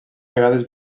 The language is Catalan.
vegades